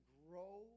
grow